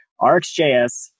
rxjs